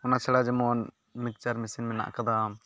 ᱚᱱᱟᱪᱷᱟᱲᱟ ᱡᱮᱢᱚᱱ mixer machine ᱢᱮᱱᱟᱜ ᱟᱠᱟᱫᱟ